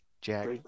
Jack